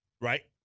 Right